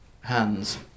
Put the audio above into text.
hands